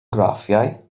graffiau